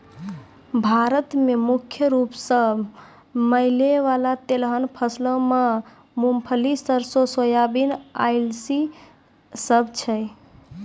भारत मे मुख्य रूपो से मिलै बाला तिलहन फसलो मे मूंगफली, सरसो, सोयाबीन, अलसी इ सभ छै